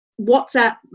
WhatsApp